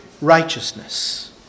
righteousness